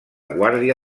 guàrdia